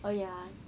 oh ya